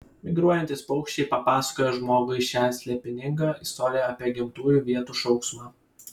migruojantys paukščiai papasakojo žmogui šią slėpiningą istoriją apie gimtųjų vietų šauksmą